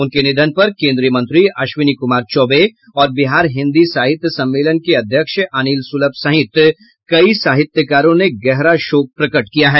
उनके निधन पर केंद्रीय मंत्री अश्विनी कुमार चौबे और बिहार हिन्दी साहित्य सम्मेलन के अध्यक्ष अनिल सुलभ सहित कई साहित्यकारों ने गहरा शोक प्रकट किया है